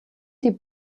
die